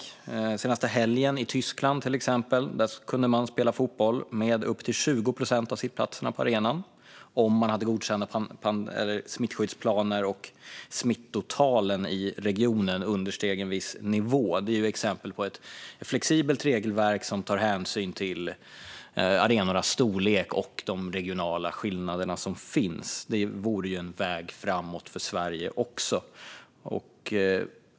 Den senaste helgen kunde man till exempel i Tyskland spela fotboll med publik på upp till 20 procent av sittplatserna på arenan, om man hade godkända smittskyddsplaner och smittalen i regionen understeg en viss nivå. Detta är exempel på ett flexibelt regelverk som tar hänsyn till arenornas storlek och de regionala skillnader som finns. Det vore en väg framåt för Sverige också.